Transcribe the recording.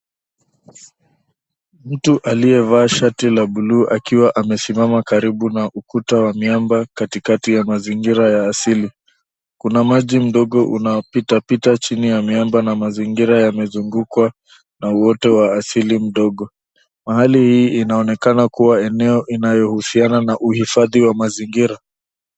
Mtu aliyevaa shati la bluu akiwa amesimama karibu na ukuta wa miamba katikati ya mazingira ya asili. Kuna maji mdogo unaopitapita chini ya miamba na mazingira yamezugukwa na uoto wa asili mdogo. Mahali hii inaonekana kuwa eneo inayohusiana na uhifadhi wa mazingira.